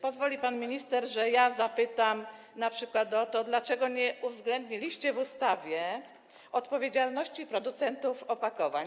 Pozwoli pan minister, że ja zapytam np. o to, dlaczego nie uwzględniliście w ustawie odpowiedzialności producentów opakowań.